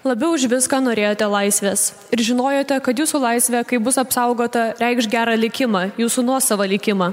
labiau už viską norėjote laisvės ir žinojote kad jūsų laisvė kaip bus apsaugota reikš gerą likimą jūsų nuosavą likimą